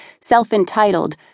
self-entitled